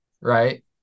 Right